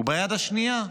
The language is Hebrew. וביד השנייה,